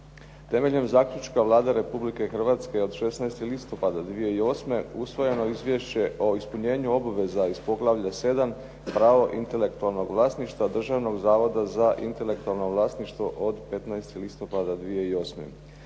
Temeljem zaključka Vlade Republike Hrvatske od 16. listopada 2008. usvojeno izvješće o ispunjenju obaveza iz poglavlja 7. Pravo intelektualnog vlasništva Državnog zavoda za intelektualno vlasništvo od 15. listopada 2008.